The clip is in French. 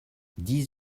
dix